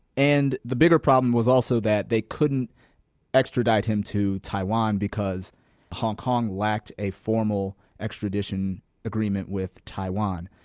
and the bigger problem was also that they couldn't extradite him to taiwan, because hong kong lacked a formal extradition agreement with taiwan.